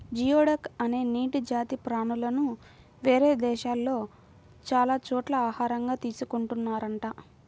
geoduck అనే నీటి జాతి ప్రాణులను వేరే దేశాల్లో చాలా చోట్ల ఆహారంగా తీసుకున్తున్నారంట